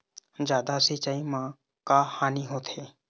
जादा सिचाई म का हानी होथे?